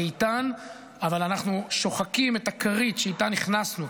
איתן אבל אנחנו שוחקים את הכרית שאיתה נכנסנו.